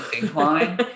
incline